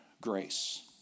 grace